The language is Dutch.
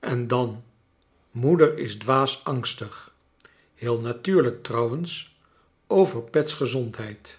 en dan moeder is dwaas angstig heel natuurlijk trouwens over pet's gezondheid